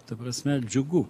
ta prasme džiugu